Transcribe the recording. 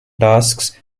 tasks